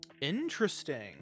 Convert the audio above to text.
Interesting